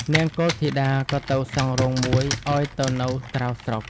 នាងកុលធីតា ក៏ទៅសង់រោងមួយឲ្យទៅនៅក្រៅស្រុក។